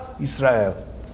Israel